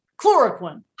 Chloroquine